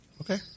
Okay